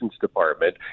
department